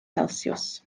celsius